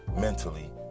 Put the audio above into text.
mentally